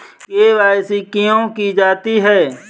KYC क्यों की जाती है?